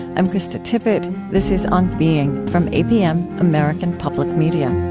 i'm krista tippett. this is on being from apm, american public media